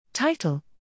Title